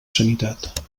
sanitat